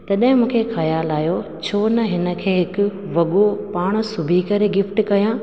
तॾहिं मूंखे ख़्यालु आहियो छो न हिन खे हिकु वॻो पाण सिबी करे गिफ्ट कयां